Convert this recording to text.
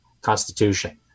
constitution